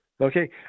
Okay